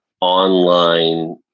online